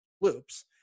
loops